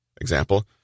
Example